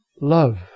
love